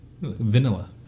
vanilla